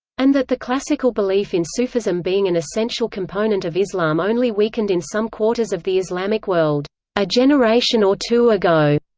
and that the classical belief in sufism being an essential component of islam only weakened in some quarters of the islamic world a generation or two ago,